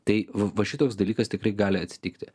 tai va va šitoks dalykas tikrai gali atsitikti